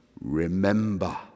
remember